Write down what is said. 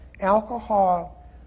alcohol